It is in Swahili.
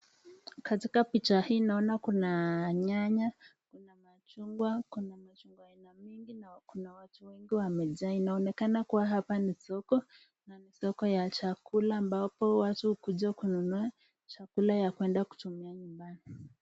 Katika picha hii ninaona kuna nyanya, machungwa , machungwa ya aina mingi watu wengi wamejaa inaonekana kuwa hapa ni soko na ni soko ya chakula ambapo watu ukuja kununua chakula ya kuenda kutumia nyumbani.